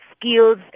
skills